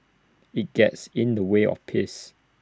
IT gets in the way of peace